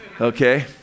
Okay